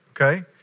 okay